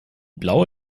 blaue